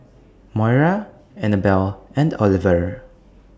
Moira Annabel and Oliver